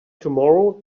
tomorrow